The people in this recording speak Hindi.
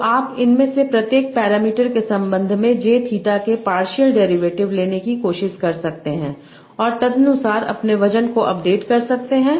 तो आप इनमें से प्रत्येक पैरामीटर के संबंध में j थीटा के पार्शियल डेरीवेटिव लेने की कोशिश कर सकते हैं और तदनुसार अपने वजन को अपडेट कर सकते हैं